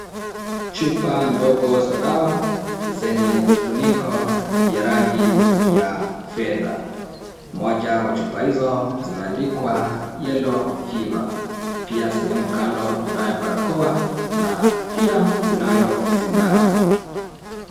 Chupa ndogo za dawa zenye vifuniko vya rangi ya fedha. Moja wa chupa hizo zimeandikwa Yellow Fever . Pia sehemu kando kunayo barakoa na pia kunayo sindano.